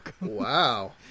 Wow